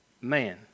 man